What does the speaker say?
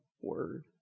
word